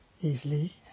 easily